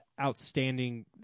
outstanding